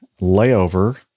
layover